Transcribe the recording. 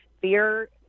Fear